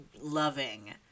loving